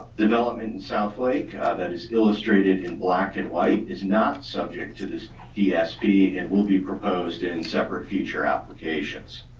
development in south lake that is illustrated in black and white is not subject to this dsp and will be proposed in separate future applications.